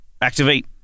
Activate